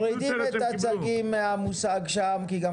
חברים אנחנו מורידים את הצגים מהמושג שם כי גם